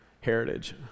heritage